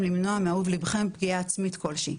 למנוע מאהוב לבכם פגיעה עצמית כלשהי.